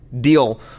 deal